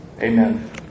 Amen